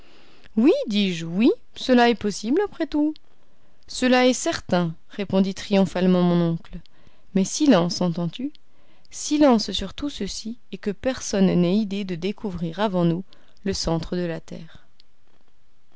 oui cela est possible après tout cela est certain répondit triomphalement mon oncle mais silence entends-tu silence sur tout ceci et que personne n'ait idée de découvrir avant nous le centre de la terre